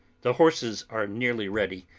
the horses are nearly ready,